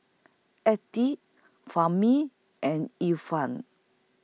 Fahmi and Irfan